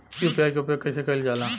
UPI के उपयोग कइसे कइल जाला?